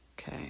okay